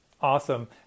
Awesome